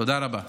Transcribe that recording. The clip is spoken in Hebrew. תודה רבה.